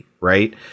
right